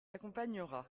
accompagnera